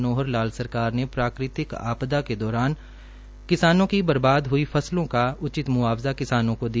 मनोहर लाल सरकार ने प्राकृतिक आपदा के दौश्रान किसानों की बर्बाद हुई फसलों का उचित मुआवजा किसानों को दिया